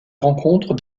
rencontre